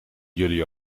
jullie